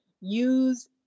Use